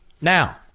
Now